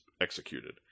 executed